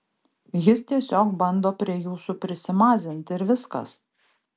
jis tiesiog bando prie jūsų prisimazint ir viskas